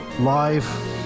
live